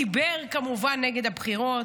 דיבר כמובן נגד הבחירות.